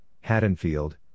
Haddonfield